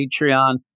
Patreon